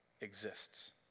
exists